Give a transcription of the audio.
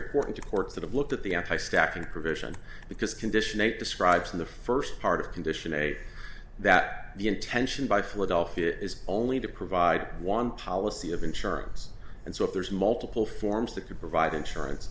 important to courts that have looked at the anti static provision because condition eight describes in the first part of condition a that the intention by philadelphia is only to provide one policy of insurance and so if there's multiple forms that can provide insurance